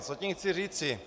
Co tím chci říci?